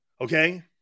Okay